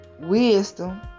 wisdom